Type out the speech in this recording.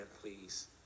please